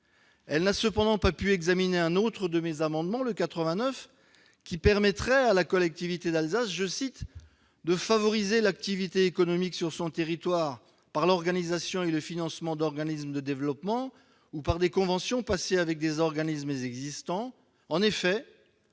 Elle n'a cependant pas pu examiner mon amendement n° 89, qui aurait permis à la collectivité d'Alsace de « favoriser l'activité économique sur son territoire par l'organisation et le financement d'organismes de développement ou par des conventions passées avec des organismes existants ».